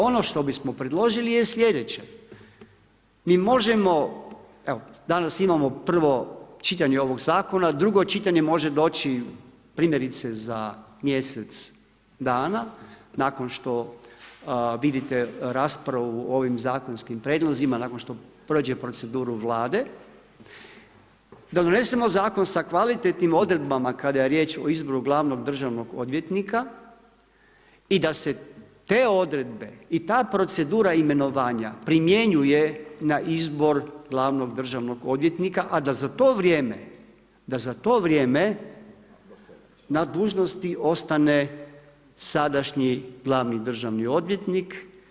Ono što bi smo predložili je slijedeće, mi možemo, evo danas imamo prvo čitanje ovog zakona, drugo čitanje može doći primjerice za mjesec dana nakon što vidite raspravu o ovim zakonskim prijedlozima nakon što prođe proceduru Vlade, da donesemo zakon sa kvalitetnim odredbama kada je riječ o izboru glavnog državnog odvjetnika i da se te odredbe i ta procedura imenovanja primjenjuje na izbor glavnog državnog odvjetnika, a da za to vrijeme na dužnosti ostane sadašnji glavni državni odvjetnik.